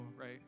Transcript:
right